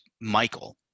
Michael